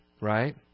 right